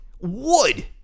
wood